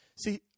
See